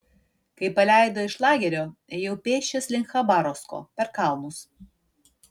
kai paleido iš lagerio ėjau pėsčias link chabarovsko per kalnus